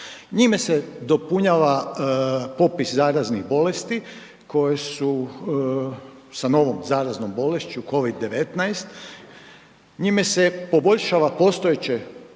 Njime se dopunjava popis zaraznih bolesti koje su sa novom zaraznom bolešću COVID-19, njime se poboljšava postojeće